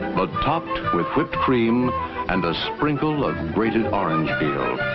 but topped with whipped cream and a sprinkle of grated orange peel.